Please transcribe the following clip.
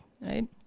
right